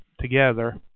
together